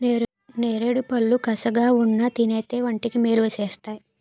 నేరేడుపళ్ళు కసగావున్నా తినేస్తే వంటికి మేలు సేస్తేయ్